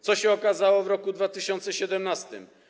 Co się okazało w roku 2017?